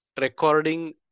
recording